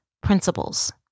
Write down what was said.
principles